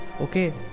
Okay